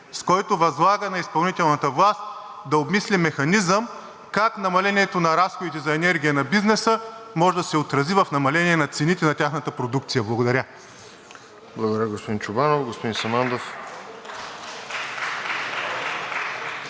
с който възлага на изпълнителната власт да обмисли механизъм как намалението на разходите за енергия на бизнеса може да се отрази в намаление на цените на тяхната продукция. Благодаря. (Ръкопляскания от